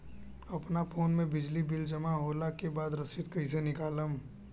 अपना फोन मे बिजली बिल जमा होला के बाद रसीद कैसे निकालम?